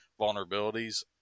vulnerabilities